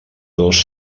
dos